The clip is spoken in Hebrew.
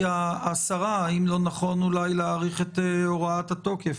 השרה אם לא נכון להאריך את הוראת התוקף